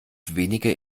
weniger